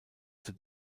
zur